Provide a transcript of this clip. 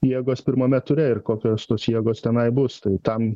jėgos pirmame ture ir kokios tos jėgos tenai bus tai tam